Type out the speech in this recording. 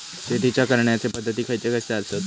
शेतीच्या करण्याचे पध्दती खैचे खैचे आसत?